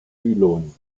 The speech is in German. pylon